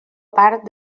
part